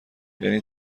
یعنی